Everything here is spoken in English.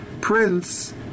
Prince